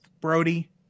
brody